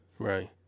Right